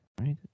Right